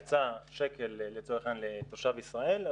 יצא שקל לצורך העניין לתושב ישראל,